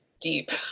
deep